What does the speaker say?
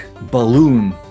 balloon